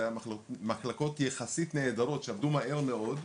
היה מחלקות יחסית נהדרות שעבדו מהר מאוד.